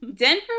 Denver